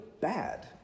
bad